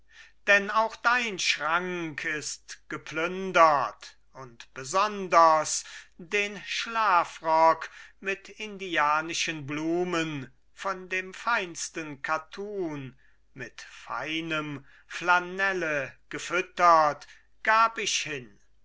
denn auch dein schrank ist geplündert und besonders den schlafrock mit indianischen blumen von dem feinsten kattun mit feinem flanelle gefüttert gab ich hin